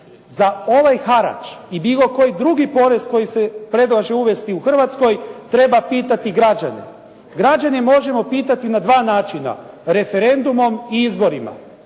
Za ovaj harač i bilo koji drugi porez koji se predlaže uvesti u Hrvatskoj, treba pitati građane. Građane možemo pitati na dva načina. Referendumom i izborima.